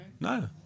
No